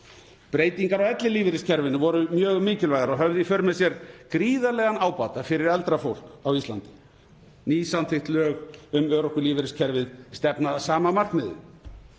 Breytingar á ellilífeyriskerfinu voru mjög mikilvægar og höfðu í för með sér gríðarlegan ábata fyrir eldra fólk á Íslandi. Nýsamþykkt lög um örorkulífeyriskerfið stefna að sama markmiði.